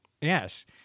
Yes